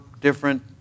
different